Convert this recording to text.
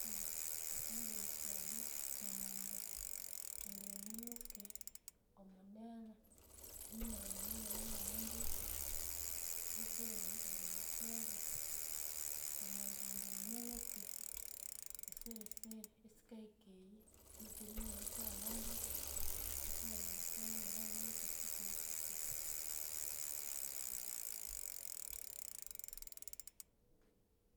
esyanzwiri syayi namanza indi wunyiluke omudela kumbineryu omudela oyo wawanaluka butsire eri- erinyitheba, namanza indi wunyilhuke esirisiri esikahika eyi nuku then esyu syawananduka butsira erinyitheba neryu iwanyilhuka esikuhi sikuhi